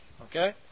Okay